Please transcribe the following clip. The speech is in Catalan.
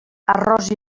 arròs